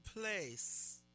place